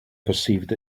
perceived